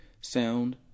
sound